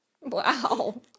Wow